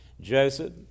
Joseph